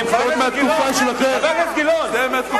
זה מהתקופה שלכם.